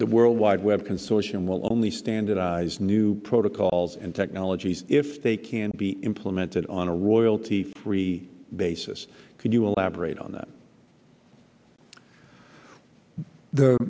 the world wide web consortium will only standardize new protocols and technologies if they can be implemented on a royalty free basis can you elaborate on that the